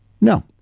No